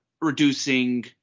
reducing